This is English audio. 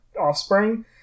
offspring